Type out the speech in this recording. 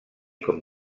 com